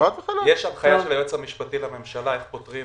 יש הנחיה של היועץ המשפטי לממשלה איך פותרים